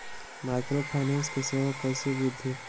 Microfinance के सेवा कइसे विधि?